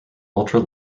ultra